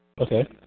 Okay